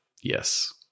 Yes